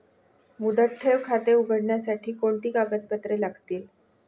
मुदत ठेव खाते उघडण्यासाठी कोणती कागदपत्रे लागतील?